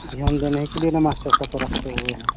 ध्यान देने के लिए ना मास्टर साब को रखे हुए हैं